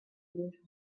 ближе